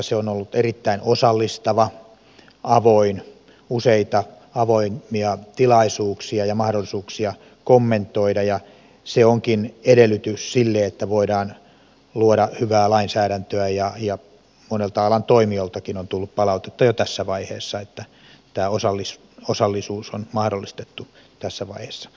se on ollut erittäin osallistava avoin on ollut useita avoimia tilaisuuksia ja mahdollisuuksia kommentoida ja se onkin edellytys sille että voidaan luoda hyvää lainsäädäntöä ja monilta alan toimijoiltakin on tullut palautetta jo tässä vaiheessa että tämä osallisuus on mahdollistettu tässä vaiheessa